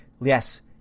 yes